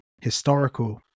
historical